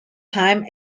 time